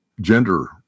gender